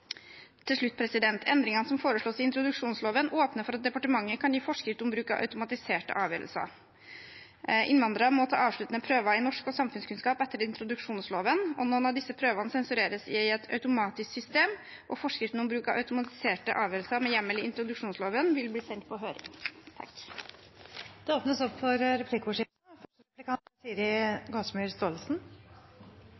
Til slutt: Endringene som foreslås i introduksjonsloven, åpner for at departementet kan gi forskrift om bruk av automatiserte avgjørelser. Innvandrere må ta avsluttende prøver i norsk og samfunnskunnskap etter introduksjonsloven, og noen av disse prøvene sensureres i et automatisk system. Forskriften om bruk av automatiserte avgjørelser med hjemmel i introduksjonsloven vil bli sendt på høring.